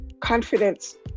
confidence